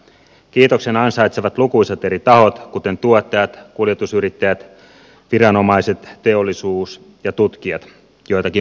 kiitoksen ansaitsevat lukuisat eri tahot kuten tuottajat kuljetusyrittäjät viranomaiset teollisuus ja tutkijat joitakin mainitakseni